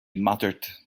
muttered